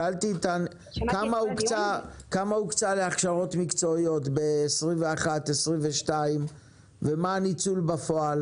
שאלתי כמה הוקצה להכשרות מקצועיות ב-2021-2022 ומה הניצול בפועל